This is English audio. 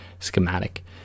Schematic